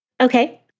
Okay